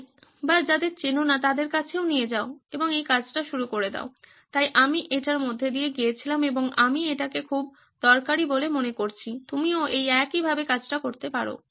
তাই আমি এটির মধ্য দিয়ে গিয়েছিলাম এবং আমি এটিকে খুব দরকারী বলে মনে করেছি তুমিও এটি একইভাবে করতে পারো